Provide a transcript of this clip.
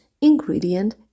ingredient